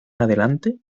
adelante